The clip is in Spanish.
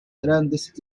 grandes